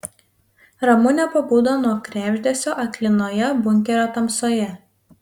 ramunė pabudo nuo krebždesio aklinoje bunkerio tamsoje